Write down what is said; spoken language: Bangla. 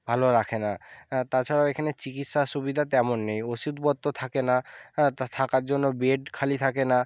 ভালো রাখে না তাছাড়াও এখানে চিকিৎসা সুবিধা তেমন নেই ওষুদপ থাকে না থাকার জন্য বেড খালি থাকে না